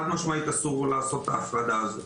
חד משמעית אסור לעשות את ההפרדה הזאת.